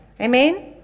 Amen